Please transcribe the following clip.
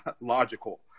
logical